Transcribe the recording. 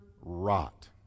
rot